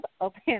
open